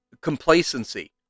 complacency